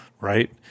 right